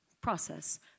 process